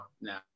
No